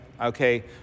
okay